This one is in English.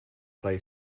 play